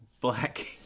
Black